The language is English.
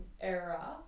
era